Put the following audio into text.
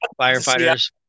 firefighters